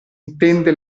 intende